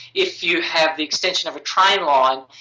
if you have the extension of a train line.